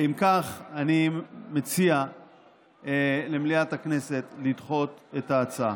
אם כך, אני מציע למליאת הכנסת לדחות את ההצעה.